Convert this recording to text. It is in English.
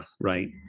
right